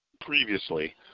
previously